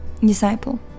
Disciple